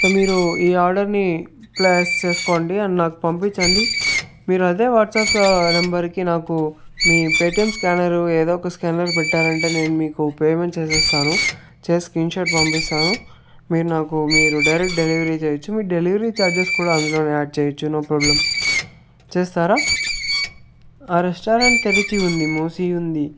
so మీరు ఈ ఆర్డర్ని ప్లేస్ చేసుకోండి అండ్ నాకు పంపించండి మీరు అదే వాట్సాప్ నెంబర్కి నాకు మీ పేటిఎం స్కానర్ ఏదో ఒక స్కానర్ పెట్టాలంటే నేను మీకు పేమెంట్ చేసేస్తాను చేసి స్క్రీన్షాట్ పంపిస్తాను మీరు నాకు మీరు డైరెక్ట్ డెలివరీ చేయొచ్చు మీరు డెలివరీ ఛార్జెస్ కూడా అందులోనే యాడ్ చేయచ్చు నో ప్రాబ్లం చేస్తారా ఆ రెస్టారెంట్ తెరిచి ఉంది మూసి ఉంది